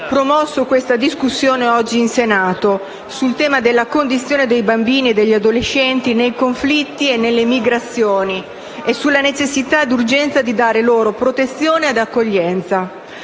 promosso questa discussione oggi in Senato sul tema della condizione dei bambini e degli adolescenti nei conflitti e nelle migrazioni e sulla necessità e urgenza di dare loro protezione e accoglienza.